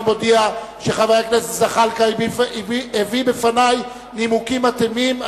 אני מודיע שחבר הכנסת זחאלקה הביא בפני נימוקים מתאימים,